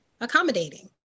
accommodating